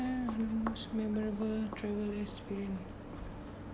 ah which memorable travel experience